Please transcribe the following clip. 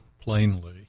plainly